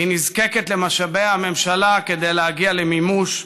היא נזקקת למשאבי הממשלה כדי להגיע למימוש,